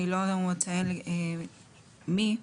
אני לא אציין מי,